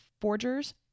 forgers